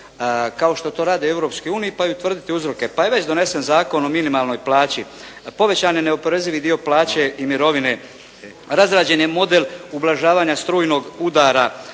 Europskoj uniji, pa i utvrditi uzroke. Pa je već donesen Zakon o minimalnoj plaći, povećan je neoporezivi dio plaće i mirovine, razrađen je model ublažavanja strujnog udara.